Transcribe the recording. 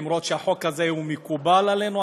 אף על פי שהוא מקובל עלינו,